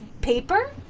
paper